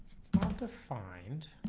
defined